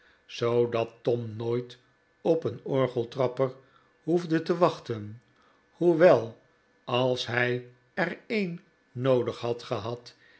zoodat tom nooit op een orgeltrapper hoefde te wachten hoewel als hij er een noodig had gehad